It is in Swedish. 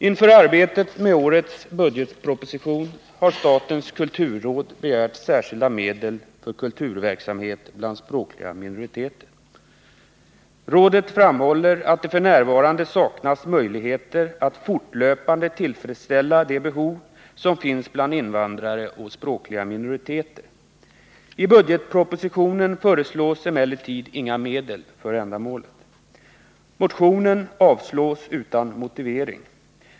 Inför arbetet med årets budgetproposition har statens kulturråd begärt särskilda medel för kulturverksamhet bland språkliga minoriteter. Rådet framhåller att det f. n. saknas möjligheter att fortlöpande tillfredsställa de behov som finns bland invandrare och språkliga minoriteter. I budgetpropositionen föreslås emellertid inga medel för ändamålet. Motionen avstyrks utan motivering.